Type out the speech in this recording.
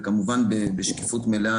וכמובן בשקיפות מלאה,